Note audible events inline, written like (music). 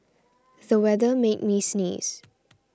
the weather made me sneeze (noise)